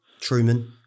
Truman